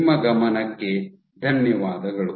ನಿಮ್ಮ ಗಮನಕ್ಕೆ ಧನ್ಯವಾದಗಳು